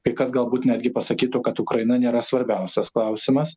kai kas galbūt netgi pasakytų kad ukraina nėra svarbiausias klausimas